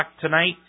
tonight